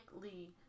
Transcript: Lee